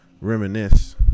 reminisce